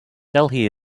delhi